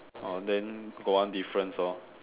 oh then got one difference hor